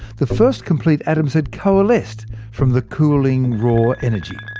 the first complete atoms had coalesced from the cooling raw energy.